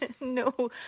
No